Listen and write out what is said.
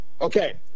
Okay